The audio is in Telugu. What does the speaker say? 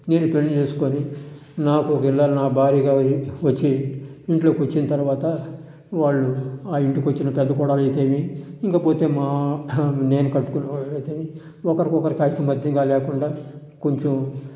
నేను పెళ్లి చేసుకొని నాకు ఒక ఇల్లాలు నాకు ఒక భార్యగా వచ్చి ఇంట్లోకి వచ్చిన తర్వాత వాళ్లు ఆ ఇంటికి వచ్చిన పెద్ద కోడలు అయితే ఏమి ఇంకా మా నేను కట్టుకున్న కోడలు అయితే ఒకరికొకరు ఐకమత్యంగా లేకుండా కొంచెం